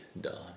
done